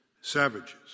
savages